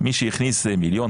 מי שהכניס 1 מיליון,